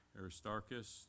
Aristarchus